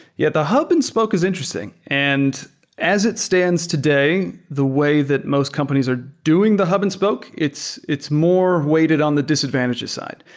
yeah. the hub and spoke is interesting, and as it stands today, the way that most companies are doing the hub and spoke, it's it's more weighted on the disadvantages side.